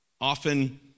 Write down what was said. often